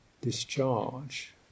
discharge